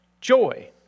joy